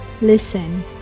listen